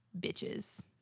bitches